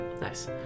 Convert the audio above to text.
Nice